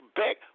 back